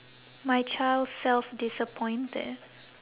my child self disappointed